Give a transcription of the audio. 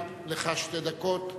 גם לך שתי דקות.